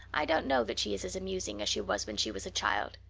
i don't know that she is as amusing as she was when she was a child,